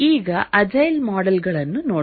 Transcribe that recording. ಈಗ agile model ಗಳನ್ನು ನೋಡೋಣ